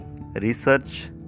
research